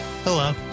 hello